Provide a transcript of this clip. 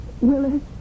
Willis